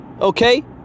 okay